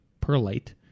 perlite